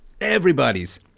everybody's